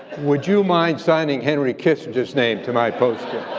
would you mind singing henry kissinger's name to my poster?